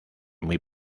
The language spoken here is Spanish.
muy